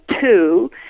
two